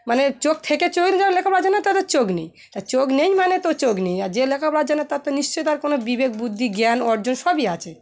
মানে চোখ থেকে চোখ যারা লেখাপড়া জানে তাদের চোখ নেই তা চোখ নেই মানে তো চোখ নেই আর যে লেখাপড়া জানে তার তো নিশ্চয়ই তার কোনো বিবেক বুদ্ধি জ্ঞান অর্জন সবই আছে